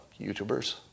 YouTubers